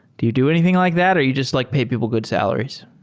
do you do anything like that or you just like pay people good salaries?